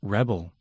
Rebel